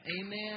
Amen